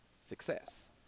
success